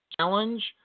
Challenge